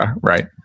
Right